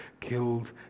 killed